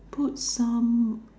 put some